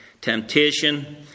temptation